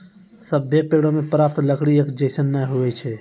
सभ्भे पेड़ों सें प्राप्त लकड़ी एक जैसन नै होय छै